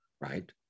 Right